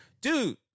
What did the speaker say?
Dude